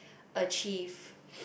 achieve